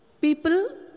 people